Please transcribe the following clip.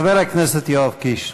חבר הכנסת יואב קיש.